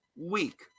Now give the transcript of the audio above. week